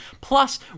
Plus